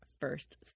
first